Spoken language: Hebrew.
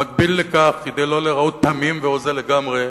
במקביל לכך, כדי לא להיראות תמים והוזה לגמרי,